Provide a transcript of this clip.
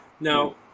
Now